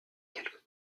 quelques